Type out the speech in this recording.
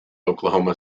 oklahoma